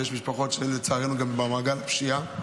ויש משפחות שלצערנו גם במעגל הפשיעה.